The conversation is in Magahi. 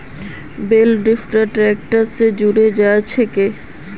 बेल लिफ्टर ट्रैक्टर स जुड़े जाछेक